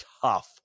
tough